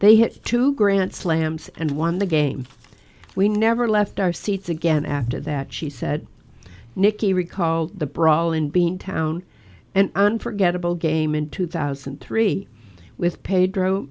they had two grand slams and won the game we never left our seats again after that she said nicky recalled the brawl in being town and unforgettable game in two thousand and three with pedro